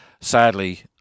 Sadly